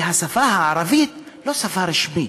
ושהשפה הערבית היא לא שפה רשמית,